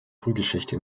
frühgeschichte